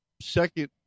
second